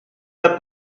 pas